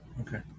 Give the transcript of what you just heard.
Okay